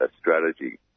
strategy